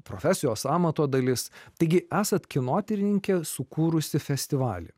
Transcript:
profesijos amato dalis taigi esate kinotyrininkė sukūrusi festivalyje